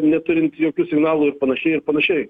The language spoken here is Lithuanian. neturint jokių signalų ir panašiai ir panašiai